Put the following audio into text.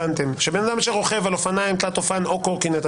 לבן אדם שרוכב על אופניים תלת אופן או על קורקינט.